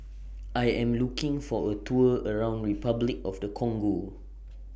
I Am looking For A Tour around Repuclic of The Congo